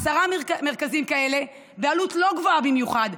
עשרה מרכזים כאלה בעלות לא גבוהה במיוחד,